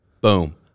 Boom